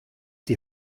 die